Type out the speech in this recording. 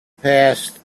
passed